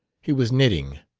he was knitting.